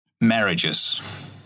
Marriages